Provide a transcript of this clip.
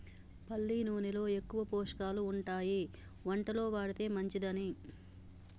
పల్లి నూనెలో ఎక్కువ పోషకాలు ఉంటాయి వంటలో వాడితే మంచిదని